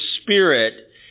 spirit